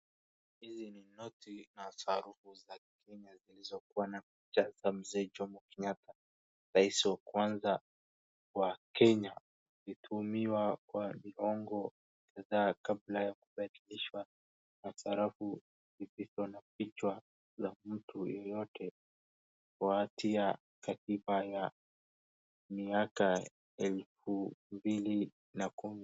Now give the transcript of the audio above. Hizi ni noti na sarafu za Kenya zilizokuwa na picha za mzee Jomo Kenyatta, rais wa kwanza wa Kenya. Zilitumiwa kwa miongo kadhaa kabla ya kubadilishwa na sarafu zisizo na picha za mtu yeyote kuatia katiba ya miaka elfu mbili na kumi.